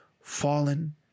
fallen